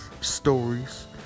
stories